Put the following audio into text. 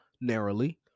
narrowly